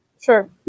Sure